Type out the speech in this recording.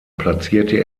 platzierte